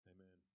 Amen